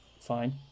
fine